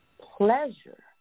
Pleasure